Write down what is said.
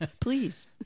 Please